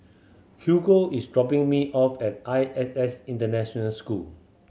Hugo is dropping me off at I S S International School